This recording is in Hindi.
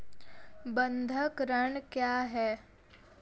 बंधक ऋण क्या है?